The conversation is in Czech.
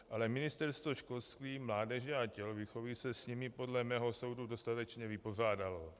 Ale Ministerstvo školství, mládeže a tělovýchovy se s nimi podle mého soudu dostatečně vypořádalo.